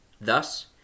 Thus